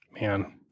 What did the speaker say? Man